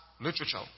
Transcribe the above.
literature